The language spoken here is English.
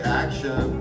action